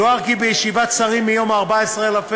יוער כי בישיבת ועדת השרים ב-14 בפברואר